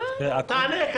תענה.